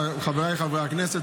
חבריי חברי הכנסת,